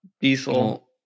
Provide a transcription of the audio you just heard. diesel